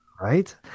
Right